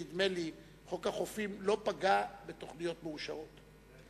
נדמה לי שחוק החופים לא פגע בתוכניות מאושרות.